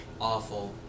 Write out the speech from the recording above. Awful